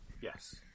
Yes